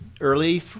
early